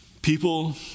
People